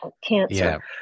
cancer